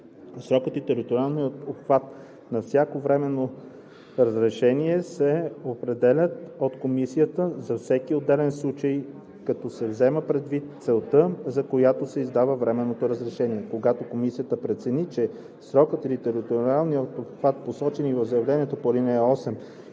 Срокът и териториалният обхват на всяко временно разрешение се определят от комисията за всеки отделен случай, като се взема предвид целта, за която се издава временното разрешение. Когато комисията прецени, че срокът или териториалният обхват, посочени в заявлението по ал.